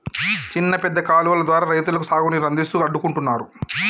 చిన్న పెద్ద కాలువలు ద్వారా రైతులకు సాగు నీరు అందిస్తూ అడ్డుకుంటున్నారు